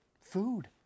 food